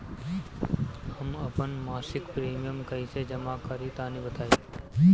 हम आपन मसिक प्रिमियम कइसे जमा करि तनि बताईं?